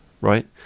right